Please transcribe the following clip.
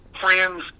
friends